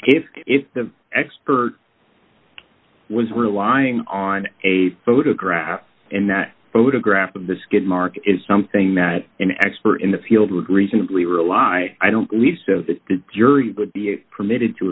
if if the expert was relying on a photograph and that photograph of the skid mark is something that an expert in the field would reasonably rely i don't believe so the jury would be permitted to